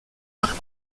par